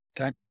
Okay